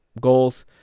goals